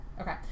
Okay